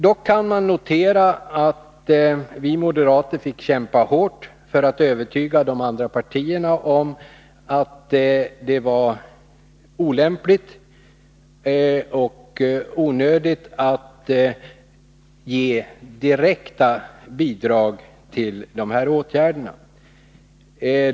Dock kan man notera att vi moderater fick kämpa hårt för att övertyga de andra partierna om att det var olämpligt och onödigt att ge direkta bidrag till de här åtgärderna.